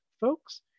folks